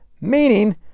Meaning